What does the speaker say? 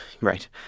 right